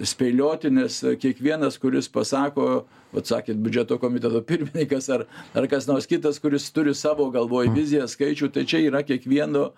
spėlioti nes kiekvienas kuris pasako vat sakėt biudžeto komiteto pirmininkas ar ar kas nors kitas kuris turi savo galvoj viziją skaičių tai čia yra kiekvieno